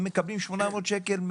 הם מקבלים 800 שקל,